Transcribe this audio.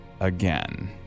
again